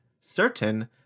certain